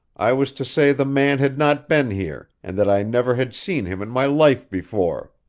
i was to say the man had not been here and that i never had seen him in my life before.